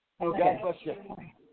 Okay